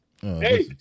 hey